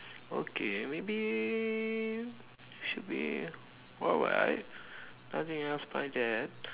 okay maybe should be what will I nothing else by there